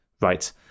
right